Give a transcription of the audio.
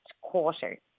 quarter